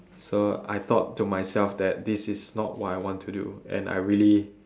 so I thought to myself that this is not what I want to do and I really